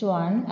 one